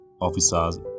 officers